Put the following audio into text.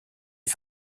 les